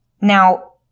Now